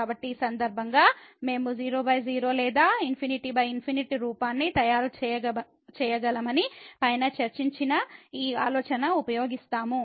కాబట్టి ఈ సందర్భంగా మేము 00 లేదా ∞∞ రూపాన్ని తయారు చేయగలమని పైన చర్చించిన ఈ ఆలోచన ఉపయోగిస్తాము